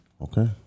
Okay